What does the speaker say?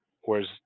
Whereas